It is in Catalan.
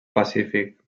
pacífic